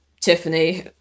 Tiffany